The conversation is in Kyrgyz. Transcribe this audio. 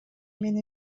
мен